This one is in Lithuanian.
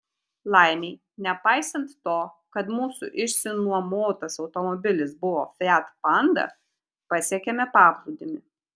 laimei nepaisant to kad mūsų išsinuomotas automobilis buvo fiat panda pasiekėme paplūdimį